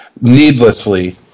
needlessly